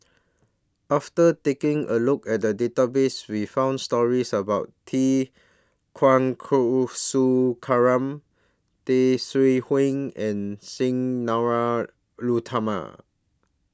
after taking A Look At The Database We found stories about T Kulasekaram Tay Seow Huah and Sang Lara Utama